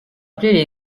appelés